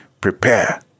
prepare